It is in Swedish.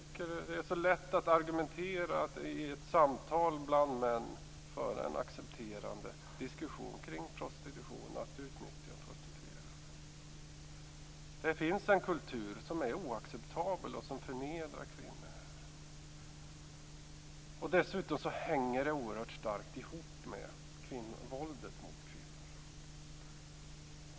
Det är så lätt att i ett samtal bland män föra en accepterande diskussion kring prostitution och att utnyttja prostituerade. Det finns en kultur som är oacceptabel och som förnedrar kvinnor. Dessutom hänger det oerhört starkt ihop med våldet mot kvinnor.